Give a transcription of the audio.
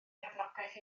cefnogaeth